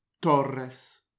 Torres